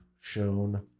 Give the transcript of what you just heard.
shown